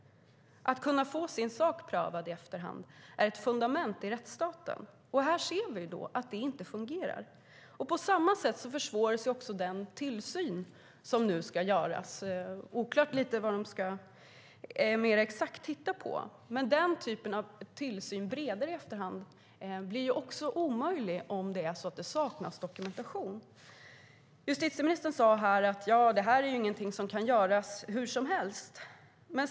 Att kunna få sin sak prövad i efterhand är ett fundament till rättsstaten, och här ser vi att det inte fungerar. På samma sätt försvåras den tillsyn som nu ska göras. Det är oklart vad den mer exakt ska titta på, men den typen av bredare tillsyn i efterhand blir också omöjlig om det saknas dokumentation. Justitieministern sade att det här inte är något som kan göras hur som helst.